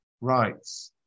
rights